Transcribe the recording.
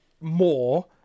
more